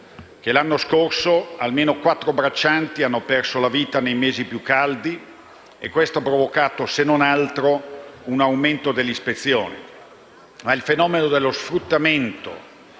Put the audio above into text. l'anno scorso almeno quattro braccianti hanno perso la vita nei mesi più caldi e ciò ha provocato - se non altro - un aumento delle ispezioni.